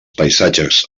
paisatges